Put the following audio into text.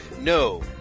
No